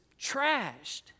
trashed